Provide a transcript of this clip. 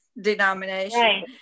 denomination